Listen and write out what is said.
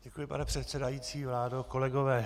Děkuji, pane předsedající, vládo, kolegové.